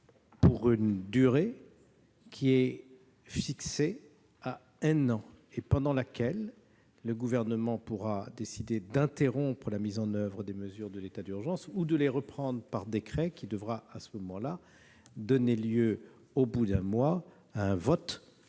pour une durée d'un an, pendant laquelle le Gouvernement pourra décider d'interrompre la mise en oeuvre des mesures de l'état d'urgence ou de les reprendre par décret, ce qui devra alors donner lieu, au bout d'un mois, à un vote